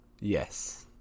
Yes